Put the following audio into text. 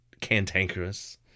cantankerous